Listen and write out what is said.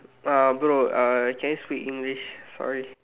uh bro uh can you speak English sorry